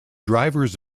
drivers